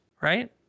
right